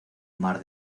mar